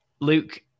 luke